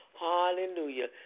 hallelujah